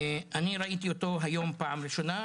אני ראיתי אותו היום בפעם הראשונה,